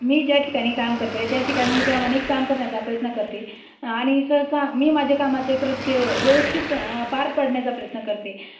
मी ज्या ठिकाणी काम करते आहे त्या ठिकाणी मी प्रमाणिक काम करण्याचा प्रयत्न करते आणि सहसा मी माझ्या कामाचे कृत्य व्यवस्थित पार पाडण्याचा प्रयत्न करते